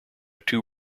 two